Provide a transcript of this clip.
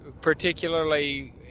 particularly